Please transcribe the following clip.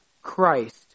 Christ